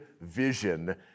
vision